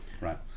right